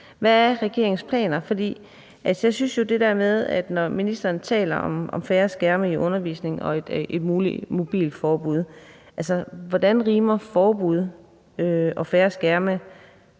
hvad er regeringens planer? For i forhold til at ministeren taler om færre skærme i undervisningen og et muligt mobilforbud, hvordan rimer forbud og færre skærme